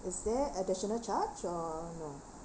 is there additional charge or no